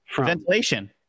Ventilation